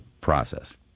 process